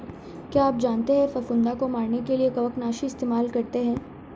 क्या आप जानते है फफूंदी को मरने के लिए कवकनाशी इस्तेमाल करते है?